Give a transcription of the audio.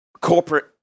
corporate